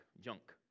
junk